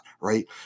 right